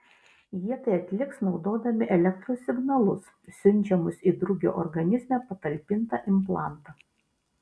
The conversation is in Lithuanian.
jie tai atliks naudodami elektros signalus siunčiamus į drugio organizme patalpintą implantą